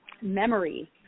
memory